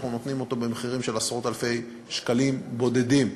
אנחנו נותנים אותו במחירים של עשרות-אלפי שקלים בודדים.